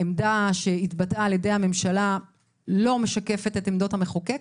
העמדה שהתבטאה על ידי הממשלה לא משקפת את עמדות המחוקק,